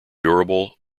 durable